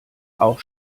auch